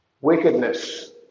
wickedness